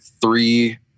three